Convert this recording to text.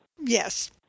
Yes